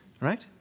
right